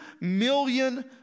million